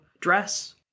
dress